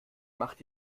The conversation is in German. macht